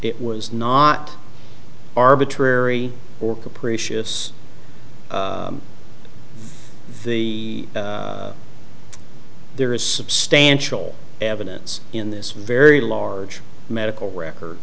it was not arbitrary or capricious the there is substantial evidence in this very large medical record